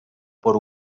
por